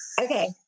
Okay